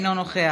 אינו נוכח,